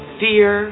fear